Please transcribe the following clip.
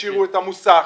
השאירו את המוסכים,